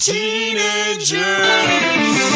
Teenagers